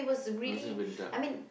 it wasn't even dark